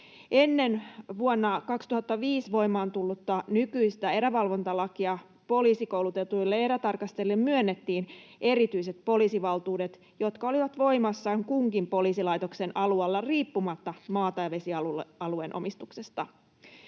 Ennen vuonna 2005 voimaan tullutta nykyistä erävalvontalakia poliisikoulutetuille erätarkastajille myönnettiin erityiset poliisivaltuudet, jotka olivat voimassaan kunkin poliisilaitoksen alueella riippumatta maa- tai vesialueen omistuksesta.